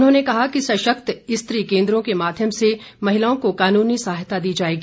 उन्होंने कहा कि सशक्त स्त्री केंद्रों के माध्यम से महिलाओं को कानूनी सहायता दी जाएगी